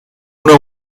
una